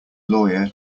lawyer